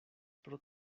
pro